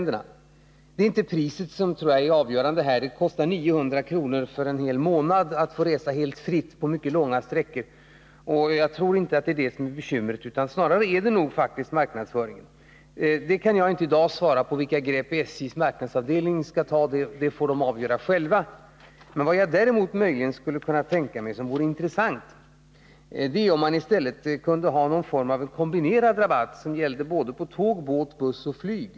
Det är inte priset, tror jag, som är avgörande här. Det kostar 900 kr. att resa fritt mycket långa sträckor under en hel månad. Jag tror inte att det är detta som är bekymret. Snarare är det faktiskt marknadsföringen. Jag kan inte i dag svara på vilka grepp SJ:s marknadsavdelning skall ta — det får man där avgöra själv. Däremot kan jag möjligen tänka mig att det vore intressant om man i stället kunde ha någon form av kombinerad rabatt som gällde såväl för tåg och båt som för buss och flyg.